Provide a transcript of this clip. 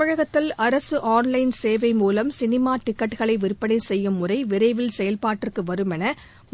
தமிழகத்தில் அரசு online சேவை மூலம் சினிமா டிக்கெட்டுகளை விற்பனை செய்யும் முறை விரைவில் செயல்பாட்டிற்கு வரும் என